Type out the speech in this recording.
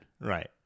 right